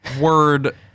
word